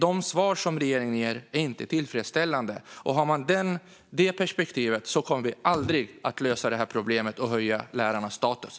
De svar som regeringen ger är inte tillfredsställande. Har man det perspektivet kommer man aldrig att lösa detta problem och höja lärarnas status.